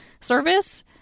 service